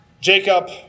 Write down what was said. Jacob